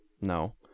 no